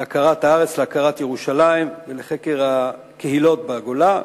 להכרת הארץ, להכרת ירושלים ולחקר הקהילות בגולה,